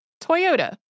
Toyota